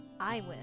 Iwin